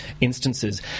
instances